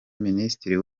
minisitiri